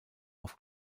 auf